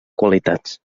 qualitats